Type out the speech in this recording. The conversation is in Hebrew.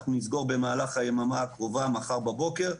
אנחנו נסגור במהלך היממה הקרובה מחר בבוקר,